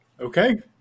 Okay